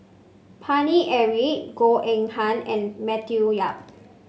Paine Eric Goh Eng Han and Matthew Yap